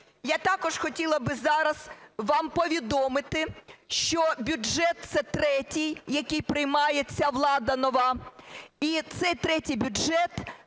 Я також хотіла б зараз вам повідомити, що бюджет це третій, який приймає ця влада нова. І цей третій бюджет